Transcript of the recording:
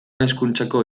hezkuntzako